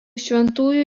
šventųjų